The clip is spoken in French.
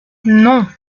non